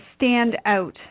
standout